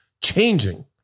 changing